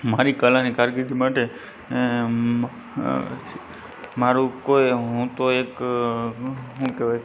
મારી કલાની કારકિર્દી માટે મારું કોઈ હું તો એક શું કહેવાય